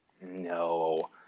No